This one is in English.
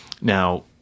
Now